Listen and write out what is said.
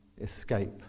escape